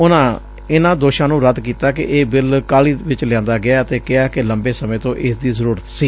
ਉਨੂਾ ਇਨੂਾ ਦੋਸ਼ਾ ਨੂੰ ਰੱਦ ਕੀਤਾ ਕਿ ਇਹ ਬਿੱਲ ਕਾਹਲੀ ਵਿਚ ਲਿਆਂਦਾ ਗਿਐ ਅਤੇ ਕਿਹਾ ਕਿ ਲੰਬੇ ਸਮੇਂ ਤੋਂ ਇਸ ਦੀ ਜ਼ਰੁਰਤ ਸੀ